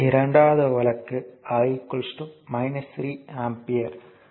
இரண்டாவது வழக்கு I 3 ampere